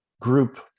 group